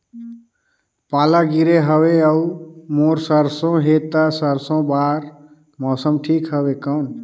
पाला गिरे हवय अउर मोर सरसो हे ता सरसो बार मौसम ठीक हवे कौन?